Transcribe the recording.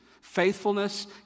Faithfulness